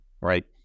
right